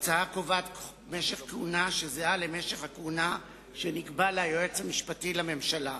ההצעה קובעת משך כהונה שזהה למשך הכהונה שנקבע ליועץ המשפטי לממשלה.